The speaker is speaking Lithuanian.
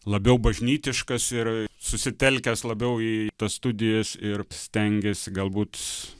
labiau bažnytiškas ir susitelkęs labiau į tas studijas ir stengėsi galbūt